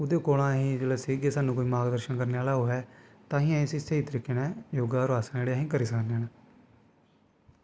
ओह्दे कशा ई सिखगे साह्नू कोई मार्ग दर्शन करने आह्ला होऐ तां गै इसी स्हेई तरीके नै योगा और आसन अस करी सकने न